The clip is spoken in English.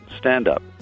stand-up